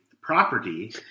property